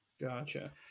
Gotcha